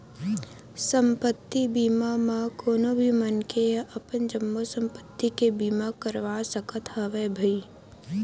संपत्ति बीमा म कोनो भी मनखे ह अपन जम्मो संपत्ति के बीमा करवा सकत हवय भई